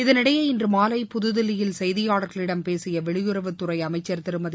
இதனிடையே இன்று மாலை புதுதில்லியில் செய்தியாளர்களிடம் பேசிய வெளியுறவுத்துறை அமைச்சர் திருமதி